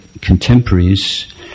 contemporaries